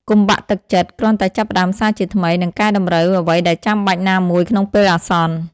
កុំបាក់ទឹកចិត្ត! គ្រាន់តែចាប់ផ្តើមសារជាថ្មី និងកែតម្រូវអ្វីដែលចាំបាច់ណាមួយក្នុងពេលអាសន្ន។